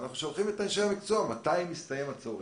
אנחנו שואלים את אנשי המקצוע מתי מסתיים הצורך.